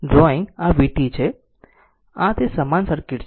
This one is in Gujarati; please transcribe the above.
તેમ જ ડ્રોઇંગ આ vt છે આ તે એક સમાન સર્કિટ છે